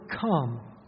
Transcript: come